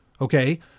Okay